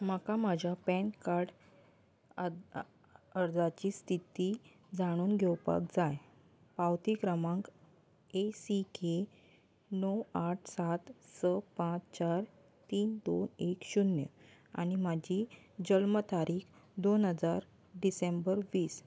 म्हाका म्हज्या PAN card अर्जाची स्थिती जाणून घेवपाक जाय पावती क्रमांक ए सी के णव आट सात स पांच चार तीन दोन एक शुन्य आनी म्हजी जल्म तारीक दोन हजार डिसेंबर वीस